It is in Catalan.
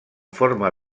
forma